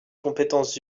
compétences